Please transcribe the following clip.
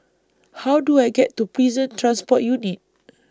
How Do I get to Prison Transport Unit